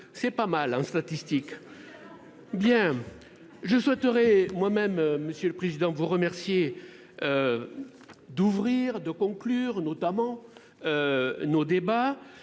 c'est pas mal hein statistique. Bien. Je souhaiterais moi même. Monsieur le Président vous remercier. D'ouvrir de conclure notamment. Nos débats.